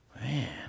Man